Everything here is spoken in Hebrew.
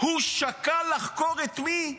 הוא שקל לחקור את מי?